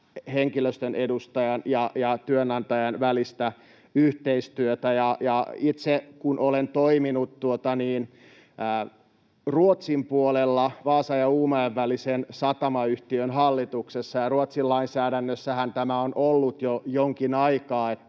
henkilöstön edustajan ja työnantajan välistä yhteistyötä. Itse kun olen toiminut Ruotsin puolella Vaasan ja Uumajan välisen satamayhtiön hallituksessa, ja Ruotsin lainsäädännössähän tämä on ollut jo jonkin aikaa,